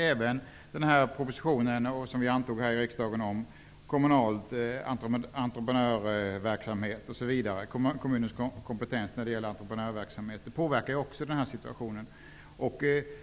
Även propositionen om kommunernas kompetens när det gäller entreprenörverksamhet -- vilken har antagits av riksdagen -- påverkar situationen. Om